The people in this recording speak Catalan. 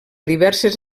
diverses